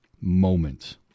moment